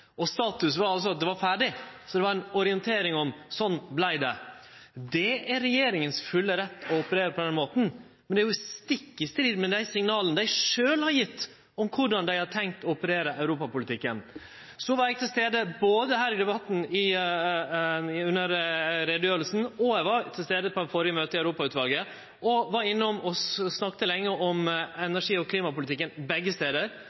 energipolitikken». Status var altså at det var ferdig, og så det var ei orientering om at slik vart det. Det er regjeringas fulle rett å operere på den måten, men det er stikk i strid med dei signala dei sjølve har gjeve om korleis dei har tenkt å operere i europapolitikken. Så var eg til stades både her i debatten under utgreiinga og på det førre møtet i Europautvalet – eg var innom begge stader